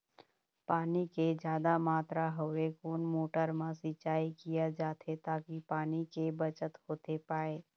पानी के जादा मात्रा हवे कोन मोटर मा सिचाई किया जाथे ताकि पानी के बचत होथे पाए?